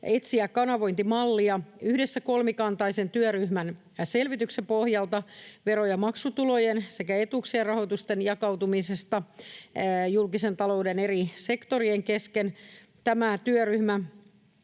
etsiä kanavointimallia yhdessä kolmikantaisen työryhmän selvityksen pohjalta vero- ja maksutulojen sekä etuuksien rahoitusten jakautumisesta julkisen talouden eri sektorien kesken. Tämä työryhmä